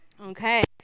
Okay